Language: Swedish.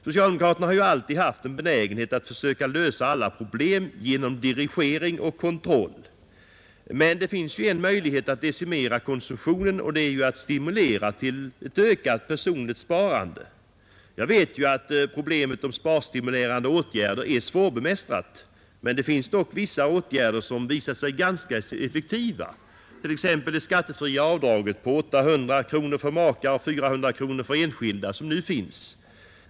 Socialdemokraterna har alltid haft en benägenhet att försöka lösa alla problem genom dirigering och kontroll, men det finns en möjlighet att decimera konsumtionen, nämligen genom att stimulera till ett ökat personligt sparande. Jag vet att problemet om sparstimulerande åtgärder är svårbemästrat, men det finns dock vissa åtgärder som visat sig vara ganska effektiva, t.ex. det skattefria avdraget på 800 kronor för makar och 400 kronor för enskilda.